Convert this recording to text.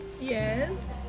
Yes